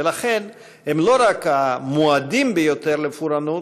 ולכן הם לא רק המועדים ביותר לפורענות,